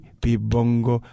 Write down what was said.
pibongo